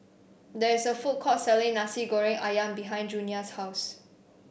there is a food court selling Nasi Goreng ayam behind Junia's house